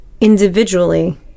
individually